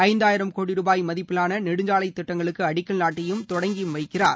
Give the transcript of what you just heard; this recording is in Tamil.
ஐந்தாயிரம் கோடி ரூபாய் மதிப்பிவான நெடுஞ்சாலைத் திட்டங்களுக்கு அடிக்கல் நாட்டியும் தொடங்கியும் வைக்கிறார்